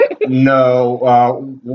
No